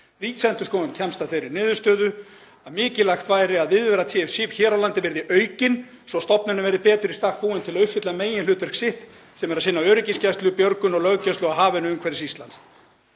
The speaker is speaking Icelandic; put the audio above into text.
Ríkisendurskoðun kemst að þeirri niðurstöðu að mikilvægt sé að viðvera TF-Sifjar hér á landi verði aukin svo stofnunin verði betur í stakk búin til að uppfylla meginhlutverk sitt sem er að sinna öryggisgæslu, björgun og löggæslu á hafinu umhverfis Ísland.